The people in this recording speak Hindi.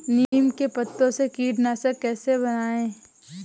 नीम के पत्तों से कीटनाशक कैसे बनाएँ?